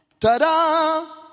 ta-da